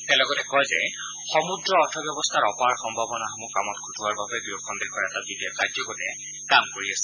তেওঁ লগতে কয় যে সমূদ্ৰ অৰ্থ ব্যৱস্থাৰ অপাৰ সম্ভাৱনাসমূহ কামত খটুওৱাৰ বাবে দুয়োখন দেশৰ এটা যুটীয়া কাৰ্য গোটে কাম কৰি আছে